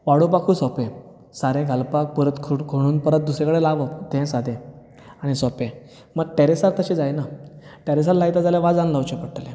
वाडोवपाकूय सोंपें सारें घालपाक परत खड खणून परत दुसरें कडेन लावप तेंय सादें आनी सोंपें मात टॅर्रसार तशें जायना टॅर्रसार लायता जाल्यार वाजांत लावचें पडटलें